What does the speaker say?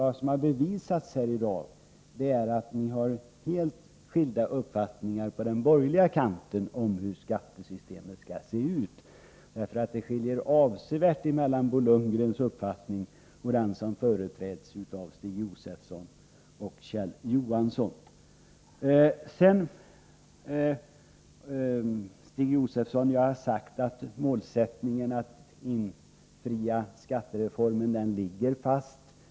Det har bevisats här i dag att ni har helt skilda uppfattningar på den borgerliga kanten om hur skattesystemet skall se ut. Det skiljer avsevärt mellan Bo Lundgrens uppfattning och den som företräds av Stig Josefson och Kjell Johansson. Jag har sagt, Stig Josefson, att målsättningen att infria skattereformen ligger fast.